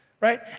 right